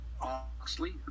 Oxley